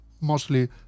mostly